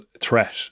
threat